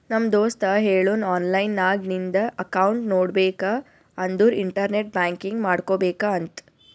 ನಮ್ ದೋಸ್ತ ಹೇಳುನ್ ಆನ್ಲೈನ್ ನಾಗ್ ನಿಂದ್ ಅಕೌಂಟ್ ನೋಡ್ಬೇಕ ಅಂದುರ್ ಇಂಟರ್ನೆಟ್ ಬ್ಯಾಂಕಿಂಗ್ ಮಾಡ್ಕೋಬೇಕ ಅಂತ್